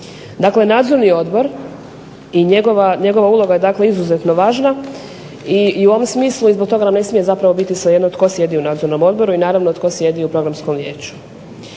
Dakle, nadzorni odbor, i njegova uloga dakle je izuzetno važna i u ovom smislu i zbog toga nam ne smije biti svejedno tko sjedi u nadzornom odboru i tko sjedi u Programskom vijeću.